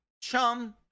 chum